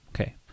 Okay